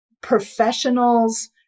professionals